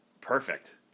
perfect